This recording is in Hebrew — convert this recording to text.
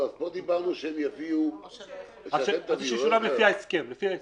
לא דיברנו שהם יביאו- -- שישולם לפי ההסכם.